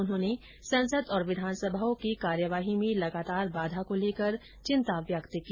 उन्होंने संसद और विधानसभाओं की कार्यवाही में लगातार बाधा को लेकर चिंता व्यक्त की